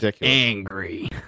angry